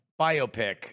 biopic